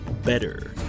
better